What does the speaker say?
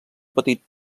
petit